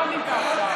על מה ענית עכשיו?